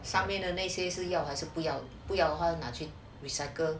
下面的那些是要还是不要不要的话拿去 recycle